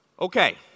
Okay